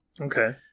Okay